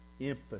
Empathy